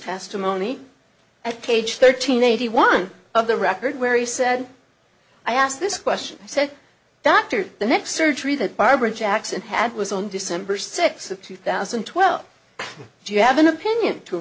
testimony at page thirteen eighty one of the record where he said i asked this question he said that the next surgery that barbara jackson had was on december sixth of two thousand and twelve do you have an opinion to